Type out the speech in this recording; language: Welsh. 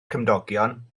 cymdogion